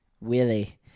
Willie